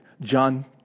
John